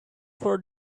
for